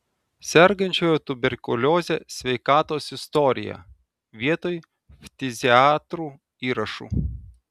sergančiojo tuberkulioze sveikatos istoriją vietoj ftiziatrų įrašų